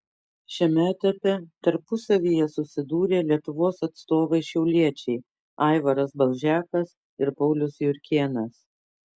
šiame etape tarpusavyje susidūrė lietuvos atstovai šiauliečiai aivaras balžekas ir paulius jurkėnas